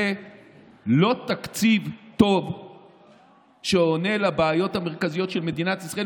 זה לא תקציב טוב שעונה על הבעיות המרכזיות של מדינת ישראל,